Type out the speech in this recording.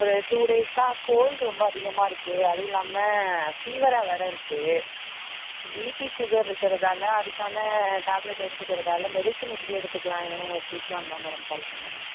ஒரு டூ டேஸ்ஸாக கோல்டு ரொம்ப அதிகமாக இருக்குது அதுவும் இல்லாம ஃபீவராக வேறு இருக்குது பிபி சுகர்ரு இருக்கறதால அதுக்கான டேப்லெட் எடுத்துக்கிறதால மெடிசின் எப்படி எடுத்துக்குலாம் என்னன்னு உங்களை கேட்குலான் தான் மேடம் கால் பண்ண